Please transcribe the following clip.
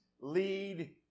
lead